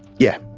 yeah.